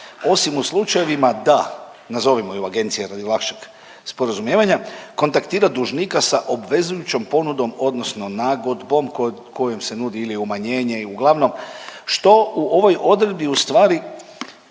osim u slučajevima da, nazovimo ju agencija radi lakšeg sporazumijevanja, kontaktira dužnika sa obvezujućom ponudom odnosno nagodbom kojom se nudi ili umanjenje i uglavnom, što u ovoj odredbi ustvari